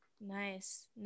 nice